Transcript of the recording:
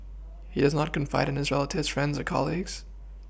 he does not confide in his relatives friends or colleagues